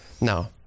No